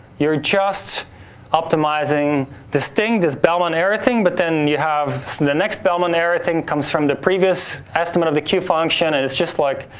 you're just optimizing this thing this bellman error thing, but then, you have so the the next bellman error thing comes from the previous estimate of the q function, and it's just like,